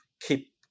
keep